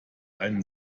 einen